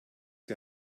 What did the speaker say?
die